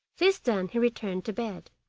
this done, he returned to bed.